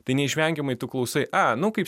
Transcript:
tai neišvengiamai tu klausai a nu kaip